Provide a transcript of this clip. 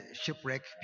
shipwreck